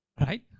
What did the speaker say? Right